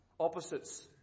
opposites